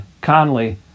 Conley